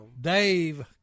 Dave